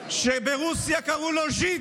שברוסיה קראו לו "ז'יד",